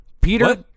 Peter